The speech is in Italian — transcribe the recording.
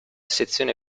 sezione